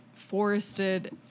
forested